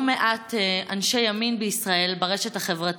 מעט אנשי ימין בישראל ברשת החברתית.